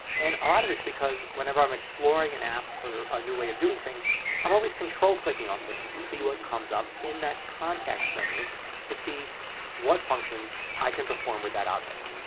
and a lot of it is because whenever i'm exploring an app or a new way of doing things i'm always control clicking on things to see what comes up in that context menu to see what functions i can perform with that object.